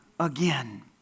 again